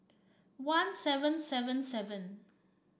one seven seven seven